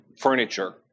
furniture